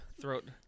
throat